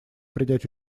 принять